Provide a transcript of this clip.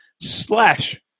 slash